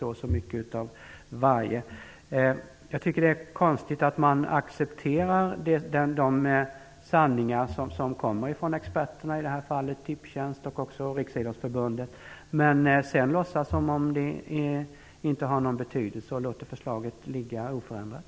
Jag tycker att det är konstigt att man först accepterar de sanningar som experterna, i det här fallet Tipstjänst och Riksidrottsförbundet, uttalar, för att sedan låtsas som om de inte har någon betydelse och låta förslaget ligga oförändrat.